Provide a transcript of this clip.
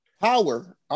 power